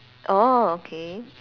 orh okay